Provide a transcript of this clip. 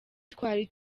twari